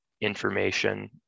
information